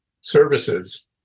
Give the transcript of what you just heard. services